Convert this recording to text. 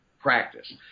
practice